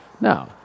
No